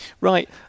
Right